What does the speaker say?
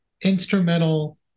instrumental